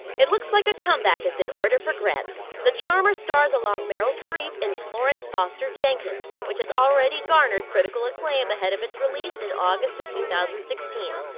it looks like a comeback is in order for grant. the charmer stars along meryl streep in florence foster jenkins, which has already garnered critical acclaim ahead of its release in august of two thousand and sixteen.